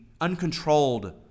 uncontrolled